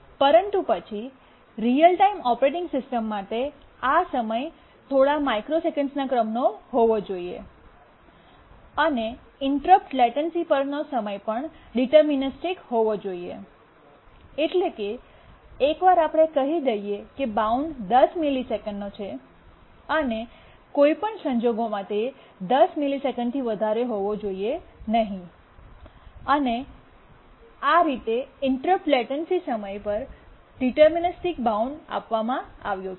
પરંતુ પછી real time operating system માટે આ સમય થોડા માઇક્રોસેકન્ડ્સના ક્રમનો હોવો જોઈએ અને ઇન્ટરપ્ટ લેટન્સી પરનો સમય પણ ડિટર્મનિસ્ટિક હોવો જોઈએ એટલે કે એકવાર આપણે કહી દઈએ કે બાઉન્ડ 10 મિલિસેકંડની છે અને કોઈ પણ સંજોગોમાં તે 10 મિલિસેકન્ડથી વધુ હોવી જોઈએ અને આ રીતે ઇન્ટરપ્ટ લેટન્સી સમય પર ડિટર્મનિસ્ટિક બાઉન્ડ આપવામાં આવ્યો છે